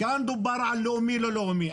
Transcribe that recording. כאן דובר על לאומי או לא לאומי.